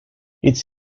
its